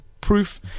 proof